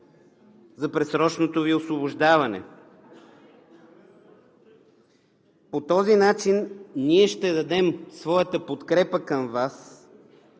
за предсрочното Ви освобождаване. По този начин ние ще дадем своята подкрепа към Вас,